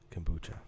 kombucha